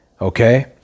Okay